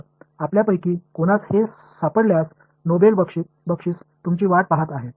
तर आपल्यापैकी कोणास हे सापडल्यास नोबेल बक्षीस तुमची वाट पहात आहे